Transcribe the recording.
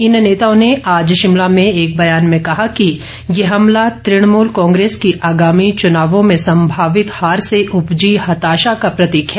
इन नेताओं ने आज शिमला में एक बयान में कहा कि यह हमला तृणमूल कांग्रेस की आगामी चुनावों में संभावित हार से उपजी हताशा का प्रतीक है